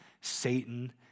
Satan